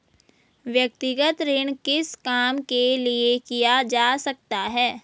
व्यक्तिगत ऋण किस काम के लिए किया जा सकता है?